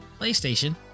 PlayStation